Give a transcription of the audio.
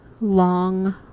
long